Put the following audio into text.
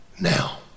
now